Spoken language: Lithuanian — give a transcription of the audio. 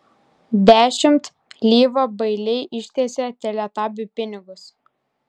dešimt lyva bailiai ištiesė teletabiui pinigus